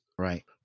Right